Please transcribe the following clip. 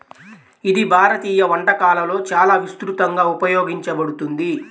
ఇది భారతీయ వంటకాలలో చాలా విస్తృతంగా ఉపయోగించబడుతుంది